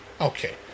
Okay